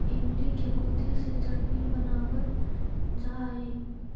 इमली के गुदे से चटनी बनावाल जा हई